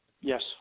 Yes